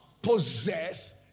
Possess